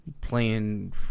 playing